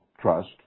trust